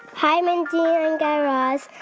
hi, mindy and guy raz.